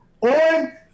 on